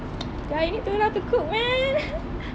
ya you need to know how to cook man